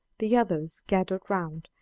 the others gathered round,